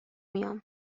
میام